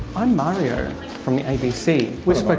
i'm mario from the abc. we've but